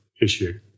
issue